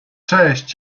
cześć